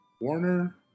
Warner